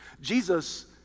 Jesus